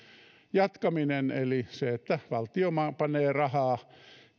jatkaminen eli se että valtio käyttää rahaa